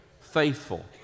Faithful